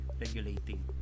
regulating